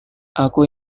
aku